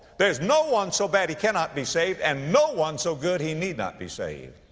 there's no one so bad he cannot be saved and no one so good he need not be saved.